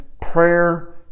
prayer